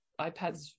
iPads